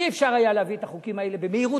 אי-אפשר היה להעביר את החוקים האלה במהירות